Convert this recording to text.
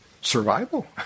survival